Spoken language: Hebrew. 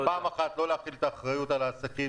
לא צריך להחיל את האחריות על העסקים,